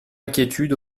inquiétude